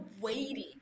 waiting